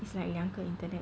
is like 两个 internet